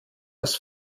das